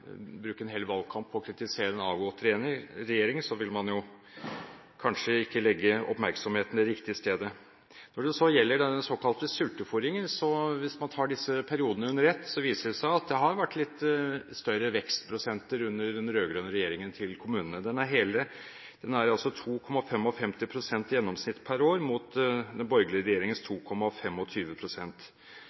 bruke en hel valgkamp på å kritisere en avgått regjering, vil man kanskje ikke ha oppmerksomheten på riktig sted. Når det så gjelder den såkalte sultefôringen, er det slik at hvis man ser disse periodene under ett, viser det seg at det har vært en litt større vekstprosent for kommunene under den rød-grønne regjeringen. Den er på 2,55 pst. i gjennomsnitt per år, mot den borgerlige regjeringens